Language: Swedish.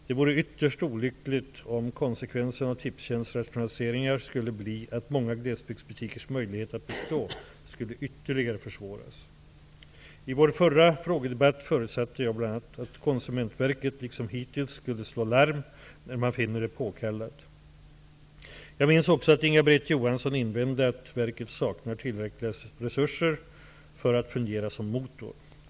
Det vore ytterst olyckligt om konsekvensen av Tipstjänsts rationaliseringar skulle bli att många glesbygdsbutikers möjlighet att bestå ytterligare skulle försvåras. I vår förra frågedebatt förutsatte jag bl.a. att Konsumentverket liksom hittills skulle slå larm när man finner det påkallat. Jag minns också att Inga Britt Johansson invände att verket saknar tillräckliga resurser för att fungera som motor.